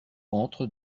entre